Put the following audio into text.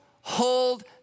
hold